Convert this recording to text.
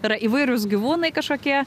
yra įvairiūs gyvūnai kažkokie